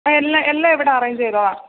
ആ എല്ലാം എല്ലാം ഇവിടെ അറേഞ്ച് ചെയ്തോളാം